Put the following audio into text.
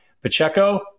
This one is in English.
Pacheco